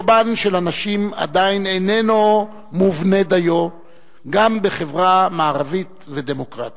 מקומן של הנשים עדיין איננו מובנה דיו גם בחברה מערבית ודמוקרטית.